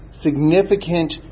significant